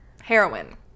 heroin